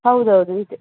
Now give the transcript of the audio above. ಹೌದೌದು ಇದೆ